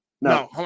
No